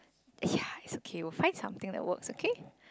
yeah is okay we will find something that works okay